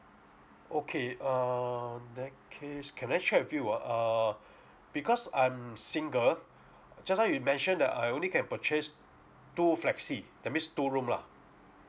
okay err in that case can I check with you ah err because I'm single just now you mentioned that I only can purchase two flexi that means two room lah